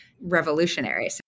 revolutionary